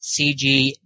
CG